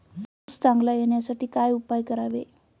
ऊस चांगला येण्यासाठी काय उपाय करावे?